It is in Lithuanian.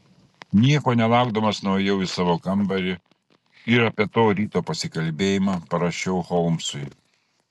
nieko nelaukdamas nuėjau į savo kambarį ir apie to ryto pasikalbėjimą parašiau holmsui